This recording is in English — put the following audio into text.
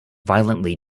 violently